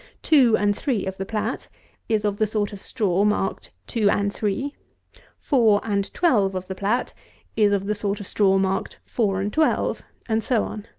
two and three of the plat is of the sort of straw marked two and three four and twelve of the plat is of the sort of straw marked four and twelve and so on.